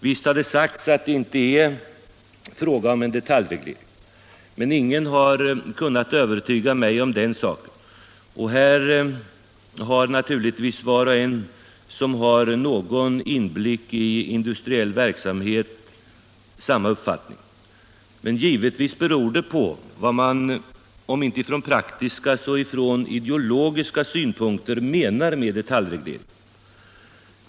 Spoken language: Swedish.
Visst har det sagts att det inte är fråga om en detaljreglering, men ingen har kunnat övertyga mig om den saken, och här har var och en som har någon inblick i industriell verksamhet samma uppfattning. Men givetvis beror det på vad man, om inte från praktiska, så från ideologiska Ändring i byggnadssynpunkter, menar med detaljreglering.